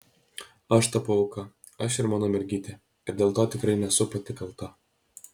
aš tapau auka aš ir mano mergytė ir dėl to tikrai nesu pati kalta